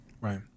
Right